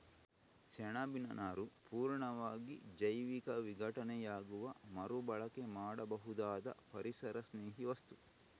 ಸೆಣಬಿನ ನಾರು ಪೂರ್ಣವಾಗಿ ಜೈವಿಕ ವಿಘಟನೆಯಾಗುವ ಮರು ಬಳಕೆ ಮಾಡಬಹುದಾದ ಪರಿಸರಸ್ನೇಹಿ ವಸ್ತು